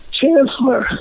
chancellor